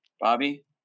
Bobby